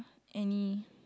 any